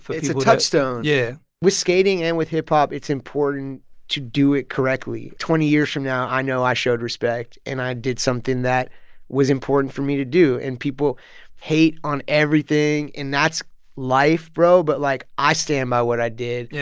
it's a touchstone yeah with skating and with hip-hop, it's important to do it correctly. twenty years from now, i know i showed respect and i did something that was important for me to do. and people hate on everything, and that's life, bro. but, like, i stand by what i did. yeah